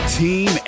team